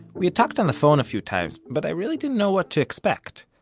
we had talked on the phone a few times, but i really didn't know what to expect.